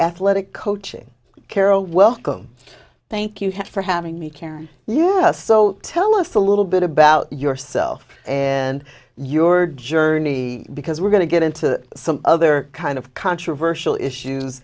athletics coaching carol welcome thank you for having me carry us so tell us a little bit about yourself and your journey because we're going to get into some other kind of controversial issues